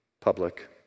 public